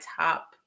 top